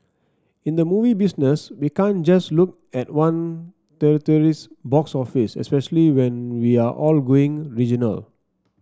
in the movie business we can't just look at one territory's box office especially when we are all going regional